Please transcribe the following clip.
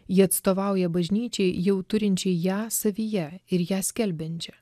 ji atstovauja bažnyčiai jau turinčiai ją savyje ir ją skelbiančią